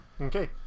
Okay